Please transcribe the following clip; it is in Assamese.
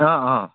অঁ অঁ